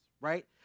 right